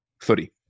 footy